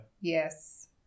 yes